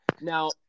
now